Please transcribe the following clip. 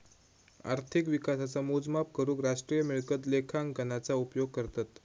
अर्थिक विकासाचा मोजमाप करूक राष्ट्रीय मिळकत लेखांकनाचा उपयोग करतत